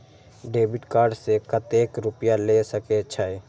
Debit card से कतेक रूपया ले सके छै?